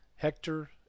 Hector